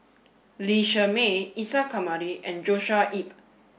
Lee Shermay Isa Kamari and Joshua Ip